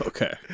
Okay